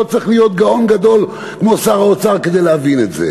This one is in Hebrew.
לא צריך להיות גאון גדול כמו שר האוצר כדי להבין את זה.